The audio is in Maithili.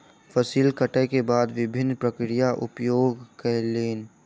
फसिल कटै के बाद विभिन्न प्रक्रियाक उपयोग कयलैन